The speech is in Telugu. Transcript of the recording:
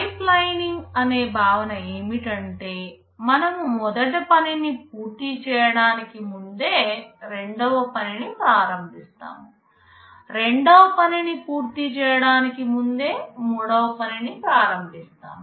పైప్లైనింగ్ అనే భావన ఏమిటంటే మనము మొదటి పనిని పూర్తి చేయడానికి ముందే రెండవ పనిని ప్రారంభిస్తాము రెండవ పనిని పూర్తి చేయడానికి ముందే మూడవ పనిని ప్రారంభిస్తాము